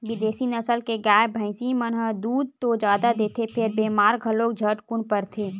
बिदेसी नसल के गाय, भइसी मन ह दूद तो जादा देथे फेर बेमार घलो झटकुन परथे